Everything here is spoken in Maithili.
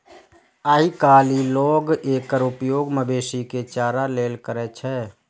आइकाल्हि लोग एकर उपयोग मवेशी के चारा लेल करै छै